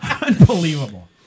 Unbelievable